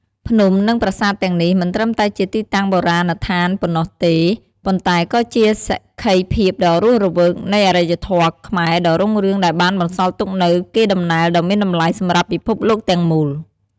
ភ្នំ និងប្រាសាទទាំងនេះមិនត្រឹមតែជាទីតាំងបុរាណដ្ឋានប៉ុណ្ណោះទេ ប៉ុន្តែក៏ជាសក្ខីភាពដ៏រស់រវើកនៃអរិយធម៌ខ្មែរដ៏រុងរឿងដែលបានបន្សល់ទុកនូវកេរដំណែលដ៏មានតម្លៃសម្រាប់ពិភពលោកទាំងមូល។